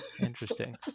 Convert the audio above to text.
interesting